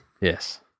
Yes